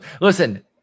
Listen